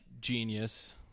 genius